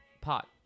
pot